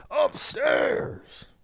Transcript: upstairs